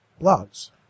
blogs